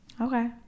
Okay